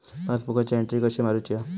पासबुकाची एन्ट्री कशी मारुची हा?